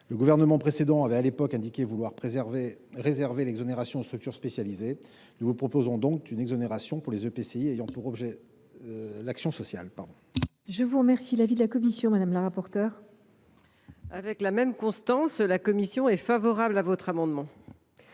Le gouvernement précédent avait à l’époque indiqué vouloir réserver l’exonération aux structures spécialisées. Nous vous proposons donc une exonération pour les EPCI ayant pour objet l’action sociale. Quel est l’avis de la commission ? Avec la même constance, la commission émet un avis favorable sur cet amendement.